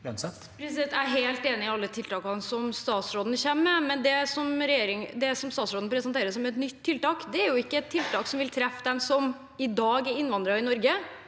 Jeg er helt enig i alle tiltakene som statsråden kommer med, men det statsråden presenterer som et nytt tiltak, er ikke et tiltak som vil treffe dem som i dag er innvandrere i Norge